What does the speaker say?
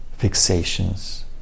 fixations